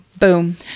Boom